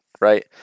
right